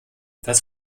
das